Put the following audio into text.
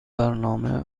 برنامه